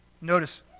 Notice